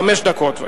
חמש דקות.